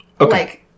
Okay